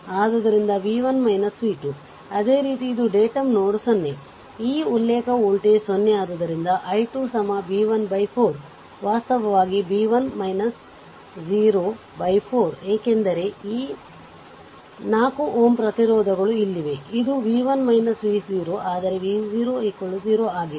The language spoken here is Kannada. ಆದ್ದರಿಂದ v 1 v 2 ಅದೇ ರೀತಿ ಇದು ಡೇಟಮ್ ನೋಡ್ O ಈ ಉಲ್ಲೇಖ ವೋಲ್ಟೇಜ್ 0 ಆದ್ದರಿಂದ i 2 b 1 4 ವಾಸ್ತವವಾಗಿ b 1 0 4 ಏಕೆಂದರೆ ಈ 4 ಓಮ್ ಪ್ರತಿರೋಧಗಳು ಇಲ್ಲಿವೆ ಇದು v 1 v 0 ಆದರೆ v 0 0 ಆಗಿದೆ